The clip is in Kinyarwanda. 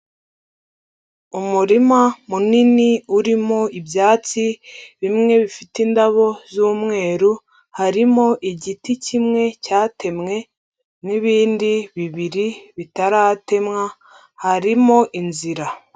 Umurima munini urimo ibyatsi, bimwe bifite indabo z'umweru, harimo igiti kimwe cyatemwe n'ibindi bibiri bitaratemwa, harimo inzira.